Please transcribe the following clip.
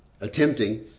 Attempting